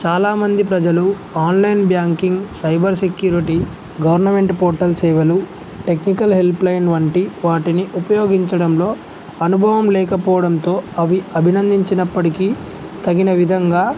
చాలామంది ప్రజలు online banking cyber security government portal సేవలు టెక్నికల్ హెల్ప్ లైన్ వంటి వాటిని ఉపయోగించడంలో అనుభవం లేకపోవడంతో అవి అభినందించినప్పటికీ తగిన విధంగా